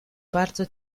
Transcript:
bardzo